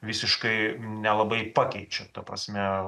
visiškai nelabai pakeičia ta prasme